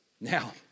Now